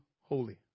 holy